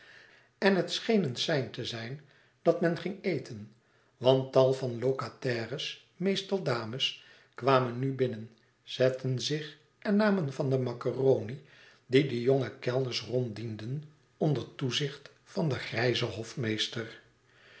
en het scheen een sein te zijn dat men ging eten want tal van locataires meestal dames kwamen nu binnen zetten zich en namen van de macaroni die de jonge kellners ronddienden onder toezicht van den grijzen hofmeester